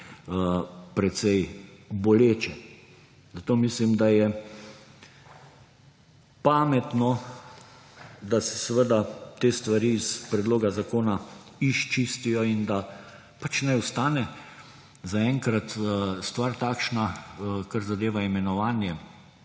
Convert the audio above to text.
precej boleče. Zato mislim, da je pametno, da se te stvari iz predloga zakona izčistijo in da pač naj ostane zaenkrat stvar takšna, kar zadeva imenovanje